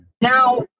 Now